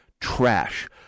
Trash